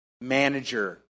manager